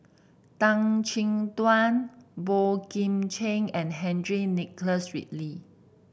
Tan Chin Tuan Boey Kim Cheng and Henry Nicholas Ridley